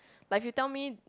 like if you tell me